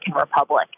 Republic